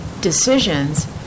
decisions